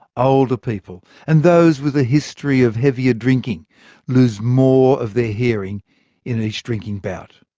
older people, and those with a history of heavier drinking lose more of their hearing in each drinking bout.